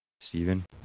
Stephen